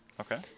Okay